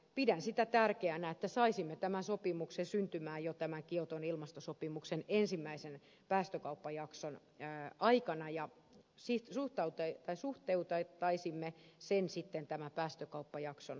pidän tärkeänä että saisimme tämän sopimuksen syntymään jo kioton ilmastosopimuksen ensimmäisen päästökauppajakson aikana ja suhteuttaisimme sen sitten tämän päästökauppajakson pituuteen